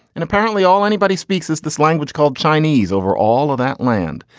and apparently all anybody speaks is this language called chinese over all of that land.